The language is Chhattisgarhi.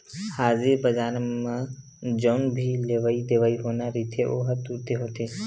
हाजिर बजार म जउन भी लेवई देवई होना रहिथे ओहा तुरते होथे